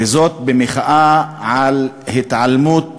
וזאת במחאה על ההתעלמות